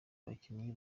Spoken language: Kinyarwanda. abakinnyi